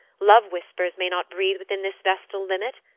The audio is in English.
love-whispers may not breathe within this vestal limit,